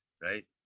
right